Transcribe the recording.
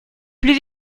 plus